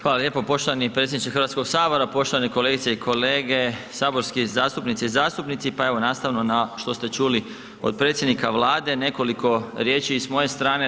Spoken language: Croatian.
Hvala lijepo poštovani predsjedniče Hrvatskog sabora, poštovane i kolege saborski zastupnice i zastupnici, pa evo nastavno na što ste čuli od predsjednika Vlade, nekoliko riječi i s moje strane.